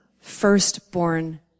firstborn